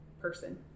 person